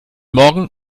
morgen